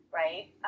right